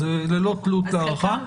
אז זה ללא תלות בהארכה.